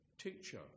Teacher